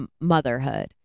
motherhood